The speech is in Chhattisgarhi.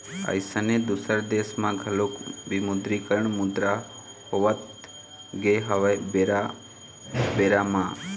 अइसने दुसर देश म घलोक विमुद्रीकरन मुद्रा होवत गे हवय बेरा बेरा म